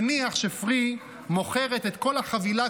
נניח ש-FreeTV מוכרת את כל החבילה,